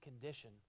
condition